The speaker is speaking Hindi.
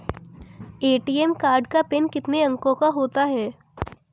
ए.टी.एम कार्ड का पिन कितने अंकों का होता है?